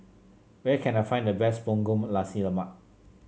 where can I find the best Punggol Nasi Lemak